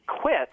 quit